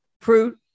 fruit